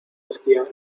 esquiar